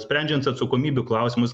sprendžiant atsakomybių klausimus